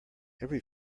every